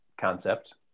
concept